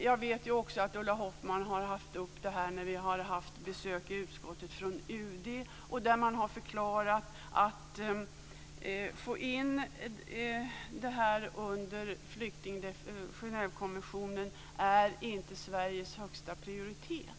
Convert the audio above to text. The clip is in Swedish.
Jag vet också att Ulla Hoffmann har tagit upp det här när vi i utskottet har haft besök från UD, som har förklarat att det inte är Sveriges högsta prioritet att få in det under Genèvekonventionen.